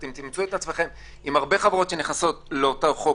אתם תמצאו את עצמכם עם הרבה חברות שנכנסות לאותו חוק